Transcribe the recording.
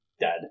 dead